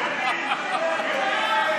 בושה,